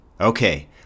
Okay